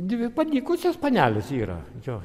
dvi padykusios panelės yra jo